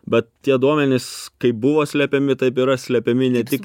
bet tie duomenys kaip buvo slepiami taip yra slepiami ne tik